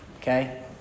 Okay